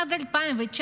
עד 2019,